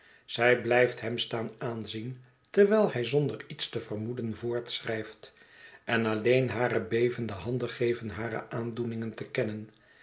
zij blijft hem staan aanzien terwijl hij zonder iets te vermoeden voortschrijft en alleen hare bevende handen geven hare aandoeningen te kennen